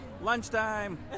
Lunchtime